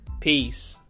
peace